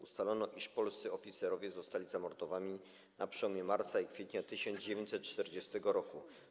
Ustalono, iż polscy oficerowie zostali zamordowani na przełomie marca i kwietnia 1940 r.